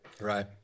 right